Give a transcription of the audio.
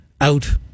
out